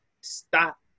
stop